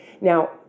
Now